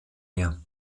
mehr